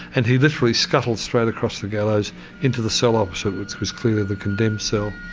and he literally scuttled straight across the gallows into the cell opposite, which was clearly the condemned cell.